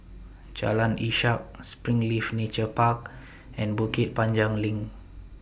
Jalan Ishak Springleaf Nature Park and Bukit Panjang LINK